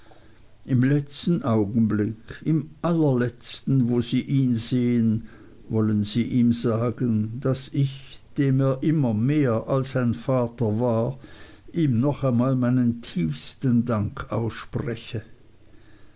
im letzten augenblick im allerletzten wo sie ihn sehen wollen sie ihm sagen daß ich dem er immer mehr als ein vater war ihm noch einmal meinen tiefsten dank ausspreche